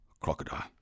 crocodile